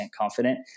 confident